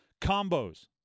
combos